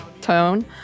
tone